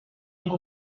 ngo